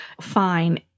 fine